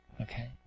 Okay